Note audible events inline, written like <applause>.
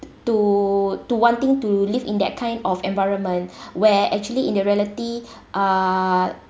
to to wanting to live in that kind of environment <breath> where actually in the reality <breath> uh